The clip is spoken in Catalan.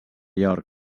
york